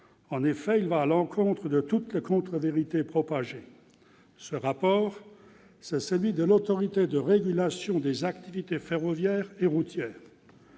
En effet, il va à l'encontre de toutes les contrevérités propagées. Je veux parler du rapport de l'Autorité de régulation des activités ferroviaires et routières,